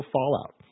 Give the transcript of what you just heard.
Fallout